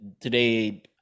today